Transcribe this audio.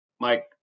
Mike